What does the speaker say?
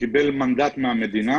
שקיבל מנדט מהמדינה,